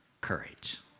courage